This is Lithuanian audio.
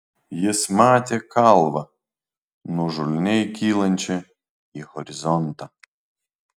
jis matė kalvą nuožulniai kylančią į horizontą